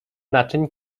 naczyń